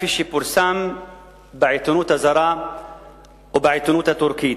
כפי שפורסם בעיתונות הזרה ובעיתונות הטורקית,